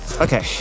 Okay